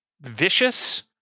vicious